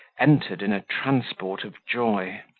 entered in a transport of joy.